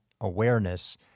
awareness